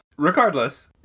Regardless